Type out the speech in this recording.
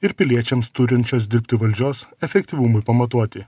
ir piliečiams turinčios dirbti valdžios efektyvumui pamatuoti